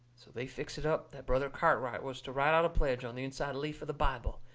so they fixed it up that brother cartwright was to write out a pledge on the inside leaf of the bible,